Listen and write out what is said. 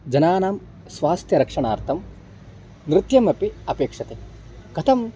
जनानां स्वास्थ्यरक्षणार्थं नृत्यमपि अपेक्षते कथम्